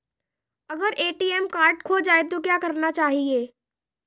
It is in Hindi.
अगर ए.टी.एम कार्ड खो जाए तो क्या करना चाहिए?